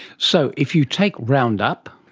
so if you take roundup,